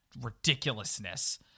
ridiculousness